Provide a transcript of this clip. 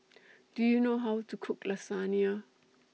Do YOU know How to Cook Lasagna